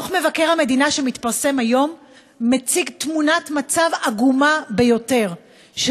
דוח מבקר המדינה שמתפרסם היום מציג תמונת מצב עגומה ביותר,